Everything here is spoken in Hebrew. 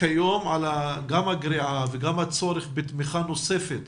כיום גם בנוגע לגריעה וגם בצורך בתמיכה נוספת